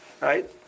right